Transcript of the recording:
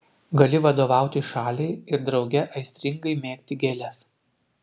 gali vadovauti šaliai ir drauge aistringai mėgti gėles